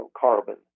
carbon